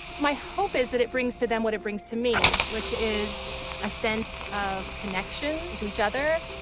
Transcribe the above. my hope is that it brings to them what it brings to me, which is a sense of connection to each other